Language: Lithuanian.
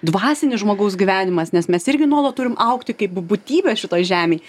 dvasinis žmogaus gyvenimas nes mes irgi nuolat turim augti kaip būtybė šitoj žemėj